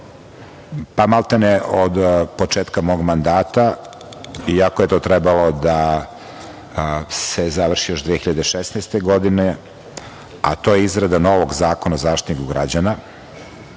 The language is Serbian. pa maltene od početka mog mandata, iako je to trebalo da se završi još 2016 godine, a to je izrada novog zakona o zaštitniku građana,